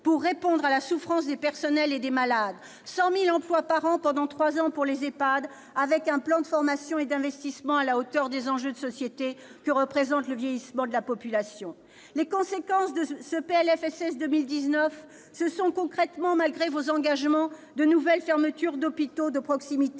pour répondre à la souffrance des personnels et des malades et 100 000 emplois par an, pendant trois ans, pour les EHPAD, avec un plan de formation et d'investissement à la hauteur des enjeux de société que représente le vieillissement de la population. Les conséquences de ce PLFSS pour 2019, ce sont concrètement, malgré vos engagements, de nouvelles fermetures d'hôpitaux de proximité